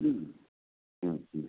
হ্যাঁ হ্যাঁ হ্যাঁ